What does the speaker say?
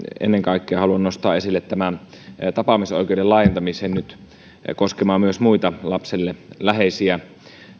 ennen kaikkea haluan nostaa esille tapaamisoikeuden laajentamisen koskemaan nyt myös muita lapselle läheisiä